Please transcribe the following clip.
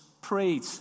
prayed